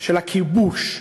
של הכיבוש.